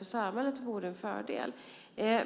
För samhället vore det en fördel.